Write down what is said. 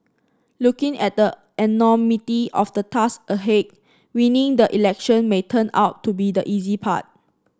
looking at the enormity of the tasks ahead winning the election may turn out to be the easy part